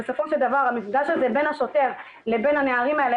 אבל בסופו של דבר המפגש הזה בין השוטר לבין הנערים האלה,